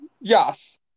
yes